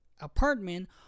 apartment